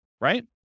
right